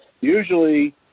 Usually